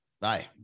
Bye